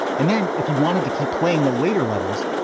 and then if you wanted to keep playing the later levels,